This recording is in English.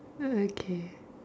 okay